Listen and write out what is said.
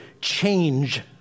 change